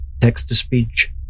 text-to-speech